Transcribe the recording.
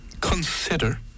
consider